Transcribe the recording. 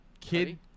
Kid